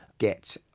get